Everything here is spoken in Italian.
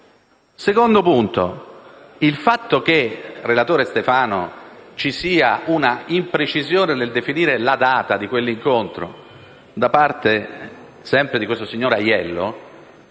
poco temeraria. Il fatto che, relatore Stefano, ci sia una imprecisione nel definire la data di quell'incontro, da parte sempre di questo signor Aiello,